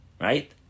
right